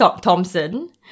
Thompson